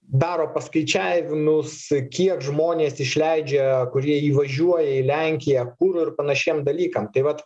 daro paskaičiavimus kiek žmonės išleidžia kurie įvažiuoja į lenkiją kuro ir panašiem dalykam tai vat